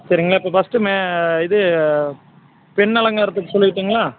சரிங்களா இப்போ ஃபர்ஸ்ட்டு மே இது பெண் அலங்காரத்துக்கு சொல்லிடட்டுங்களா